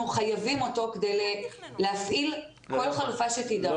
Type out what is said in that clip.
חייבים אותו כדי להפעיל כל חלופה שתידרש.